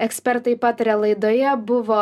ekspertai pataria laidoje buvo